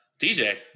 DJ